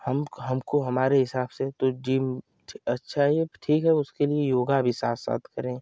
हम हमको हमारे हिसाब से तो जिम अच्छा है ठीक है उसके लिये योग भी साथ साथ करें